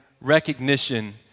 recognition